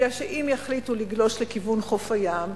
כי אם יחליטו לגלוש לכיוון חוף הים,